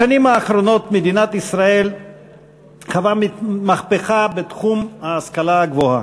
בשנים האחרונות מדינת ישראל קבעה מהפכה בתחום ההשכלה הגבוהה,